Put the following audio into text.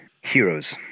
heroes